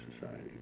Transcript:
society